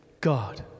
God